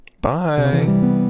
bye